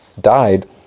died